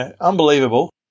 unbelievable